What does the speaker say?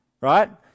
Right